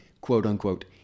quote-unquote